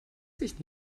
sich